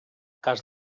cas